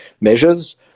measures